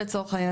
לצורך העניין,